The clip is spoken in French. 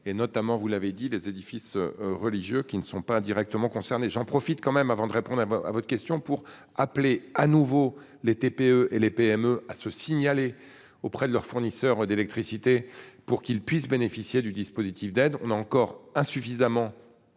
et notamment vous l'avez dit, les édifices religieux qui ne sont pas directement concernés. J'en profite quand même avant de répondre à votre question, pour appeler à nouveau les TPE et les PME à se signaler auprès de leur fournisseur d'électricité pour qu'il puisse bénéficier du dispositif d'aide. On a encore insuffisamment.